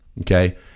Okay